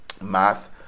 math